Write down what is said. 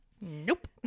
Nope